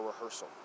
rehearsal